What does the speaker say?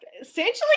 essentially